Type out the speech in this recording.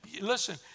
Listen